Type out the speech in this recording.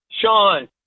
Sean